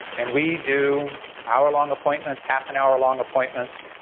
and we do hour long appointments, half an hour long appointments,